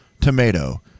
tomato